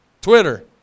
Twitter